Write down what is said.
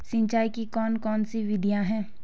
सिंचाई की कौन कौन सी विधियां हैं?